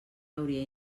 hauria